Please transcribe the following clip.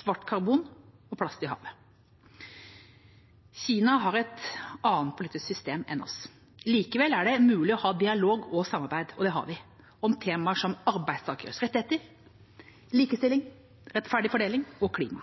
svart karbon og plast i havet. Kina har et annet politisk system enn oss. Likevel er det mulig å ha dialog og samarbeid – og det har vi – om temaer som arbeidstakeres rettigheter, likestilling, rettferdig fordeling og klima.